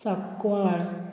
साकवाळ